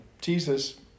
Jesus